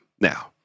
Now